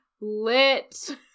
lit-